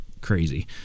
crazy